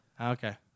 Okay